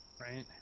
Right